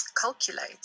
calculate